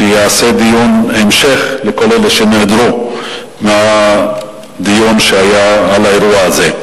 שייקבע דיון המשך בשביל אלה שנעדרו מהדיון על האירוע הזה.